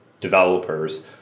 developers